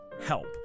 help